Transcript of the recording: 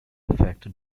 affect